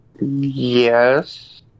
yes